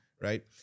Right